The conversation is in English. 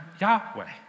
Yahweh